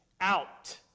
out